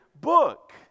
book